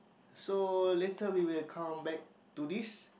so later we will come back to this